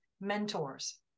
Mentors